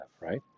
right